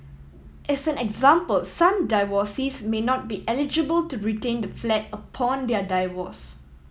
as an example some divorcees may not be eligible to retain the flat upon their divorce